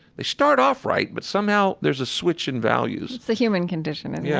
they start off right, but somehow, there's a switch in values it's a human condition, and yeah